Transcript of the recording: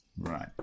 Right